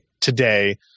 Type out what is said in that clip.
today